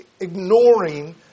ignoring